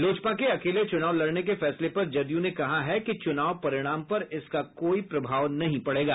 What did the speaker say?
लोजपा के अकेले चुनाव लड़ने के फैसले पर जदयू ने कहा है कि चुनाव परिणाम पर इसका कोई प्रभाव नहीं पड़ेगा